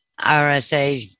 RSA